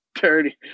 Dirty